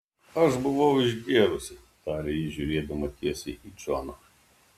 aš buvau išgėrusi tarė ji žiūrėdama tiesiai į džoną